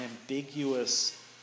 ambiguous